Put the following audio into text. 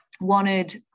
wanted